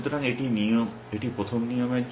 সুতরাং এটি প্রথম নিয়মের জন্য